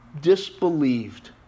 disbelieved